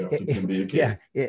yes